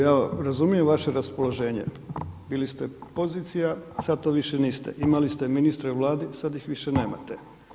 Ja razumijem vaše raspoloženje, bili ste pozicija, sada to više niste, imali ste ministre u Vladi, sada ih više nemate.